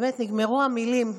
באמת נגמרו המילים,